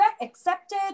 accepted